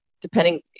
depending